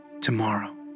Tomorrow